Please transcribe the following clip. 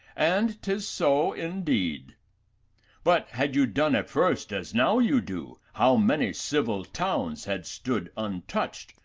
and tis so in deed but, had you done at first as now you do, how many civil towns had stood untouched,